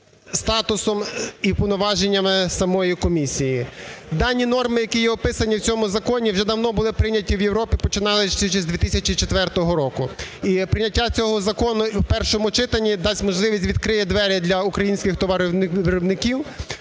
статусом і повноваженнями самої комісії. Дані норми, які є описані в цьому законі, вже давно були прийняті в Європі, починаючи з 2004 року. І прийняття цього закону в першому читанні дасть можливість, відкриє двері для українських товаровиробників,